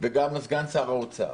וגם סגן שר האוצר.